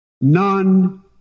None